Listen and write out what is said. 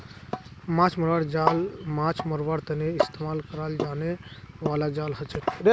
माछ मरवार जाल माछ मरवार तने इस्तेमाल कराल जाने बाला जाल हछेक